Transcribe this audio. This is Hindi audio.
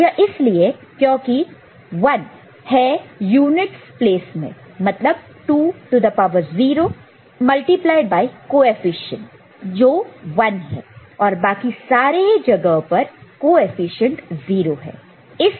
यह इसलिए है क्योंकि जो 1 है वह यूनिटस प्लेस में है मतलब 2 टू द पावर 0 गुणाकार मल्टीप्लाईड multiplied कोएफिशिएंट 1 और बाकी सारे जगहों पर कॉएफिशिएंट 0 है